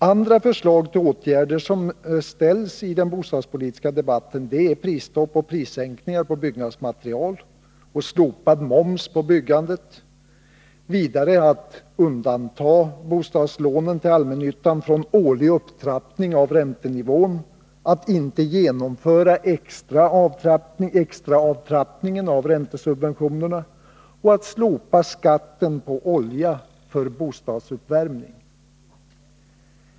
Andra förslag till åtgärder som framställs i den bostadspolitiska debatten 107 är prisstopp och prissänkningar på byggnadsmaterial och slopad moms på byggandet, vidare att bostadslånen till allmännyttan skall undantas från årlig upptrappning av räntenivån, att extraavtrappningen av räntesubventionerna inte genomförs samt att skatten slopas på olja för bostadsuppvärmning.